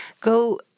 go